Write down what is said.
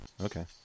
Okay